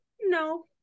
No